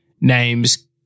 names